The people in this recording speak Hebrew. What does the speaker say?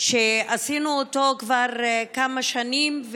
שעשינו כבר כמה שנים.